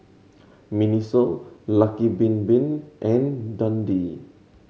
MINISO Lucky Bin Bin and Dundee